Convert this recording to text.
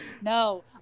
no